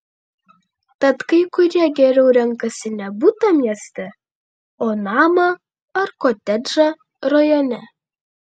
tad kai kurie geriau renkasi ne butą mieste o namą ar kotedžą rajone